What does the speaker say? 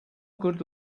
good